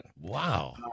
Wow